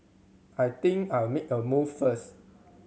I think I'll make a move first